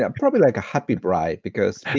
ah probably like a happy bribe, because